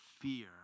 fear